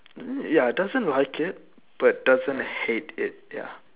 ya doesn't like it but doesn't hate it ya